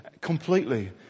completely